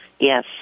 Yes